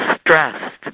stressed